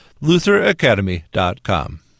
lutheracademy.com